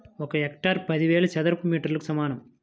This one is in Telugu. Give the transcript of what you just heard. ఒక హెక్టారు పదివేల చదరపు మీటర్లకు సమానం